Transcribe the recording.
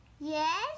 Yes